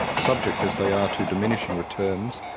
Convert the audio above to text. subject as they are to diminishing returns,